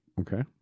Okay